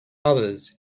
others